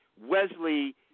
Wesley